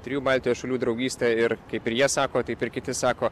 trijų baltijos šalių draugystę ir kaip ir jie sako taip ir kiti sako